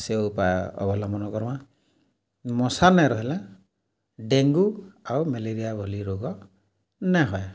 ସେ ଉପାୟ ଅବଲମ୍ବନ କର୍ମା ମଶା ନାଇଁ ରହେଲେ ଡେଙ୍ଗୁ ଆଉ ମେଲେରିଆ ଭଲି ରୋଗ ନାଇଁ ହୁଏ